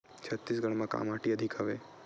छत्तीसगढ़ म का माटी अधिक हवे?